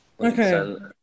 okay